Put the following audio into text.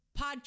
podcast